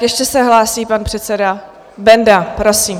Ještě se hlásí pan předseda Benda, prosím.